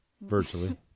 Virtually